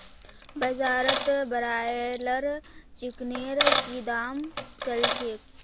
बाजारत ब्रायलर चिकनेर की दाम च ल छेक